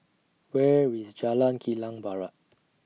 Where IS Jalan Kilang Barat